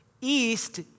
East